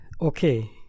Okay